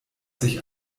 sich